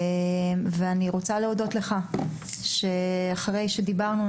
אני רוצה להודות לך שאחרי שדיברנו,